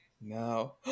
no